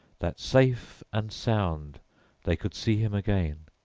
that safe and sound they could see him again.